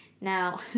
Now